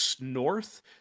north